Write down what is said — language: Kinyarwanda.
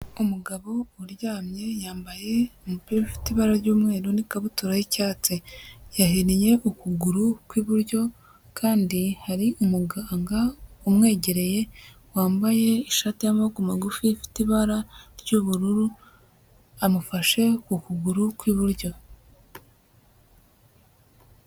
Umugabo uryamye, yambaye umupira ufite ibara ry'umweru n'ikabutura y'icyatsi, yahinnye ukuguru kw'iburyo, kandi hari umuganga umwegereye wambaye ishati y'amaboko magufi, ifite ibara ry'ubururu, amufashe ku kuguru kw'iburyo.